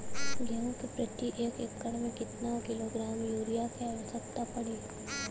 गेहूँ के प्रति एक एकड़ में कितना किलोग्राम युरिया क आवश्यकता पड़ी?